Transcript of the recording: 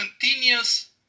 continuous